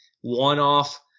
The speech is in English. one-off